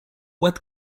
what